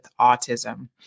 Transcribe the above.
autism